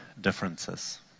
differences